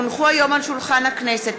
כי הונחו היום על שולחן הכנסת,